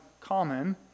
common